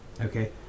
Okay